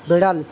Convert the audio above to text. বেড়াল